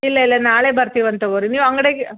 ಇಲ್ಲ ಇಲ್ಲ ನಾಳೆ ಬರ್ತೇವಂತೆ ತಗೊಳಿ ನೀವು ಅಂಗ್ಡ್ಯಾಗೆ